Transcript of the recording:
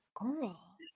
girl